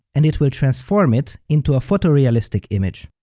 and it will transform it into a photorealistic image.